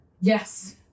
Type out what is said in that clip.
Yes